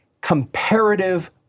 comparative